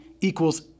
equals